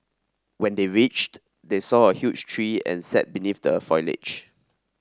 when they reached they saw a huge tree and sat beneath the foliage